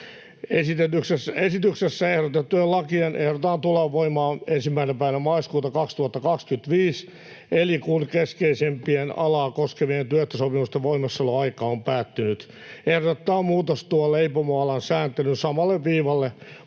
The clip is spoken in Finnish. Esityksessä ehdotettujen lakien ehdotetaan tulevan voimaan 1. päivänä maaliskuuta 2025, eli kun keskeisimpien alaa koskevien työehtosopimusten voimassaoloaika on päättynyt. Ehdotettava muutos tuo leipomoalan sääntelyn samalle viivalle